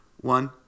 One